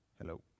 Hello